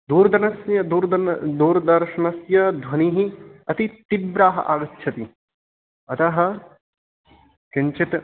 दूर्दनस्य दूर्दन् दूरदर्शनस्य ध्वनिः अति तीव्रः आगच्छति अतः किञ्चित्